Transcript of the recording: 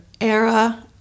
era